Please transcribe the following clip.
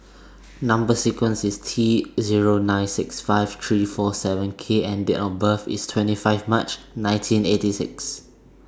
Number sequence IS T Zero nine six five three four seven K and Date of birth IS twenty five March nineteen eighty six